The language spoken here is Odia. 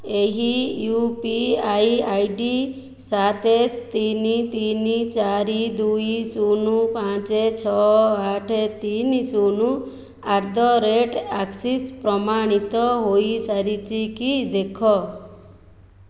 ଏହି U P I I D ସାତ ତିନି ତିନି ଚାରି ଦୁଇ ଶୂନ ପାଞ୍ଚ ଛଅ ଆଠ ତିନି ଶୂନ ଆଟ୍ ଦ ରେଟ୍ ଆକ୍ସିସ ପ୍ରମାଣିତ ହୋଇସାରିଛି କି ଦେଖ